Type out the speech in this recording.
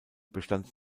bestand